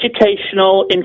educational